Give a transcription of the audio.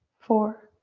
four,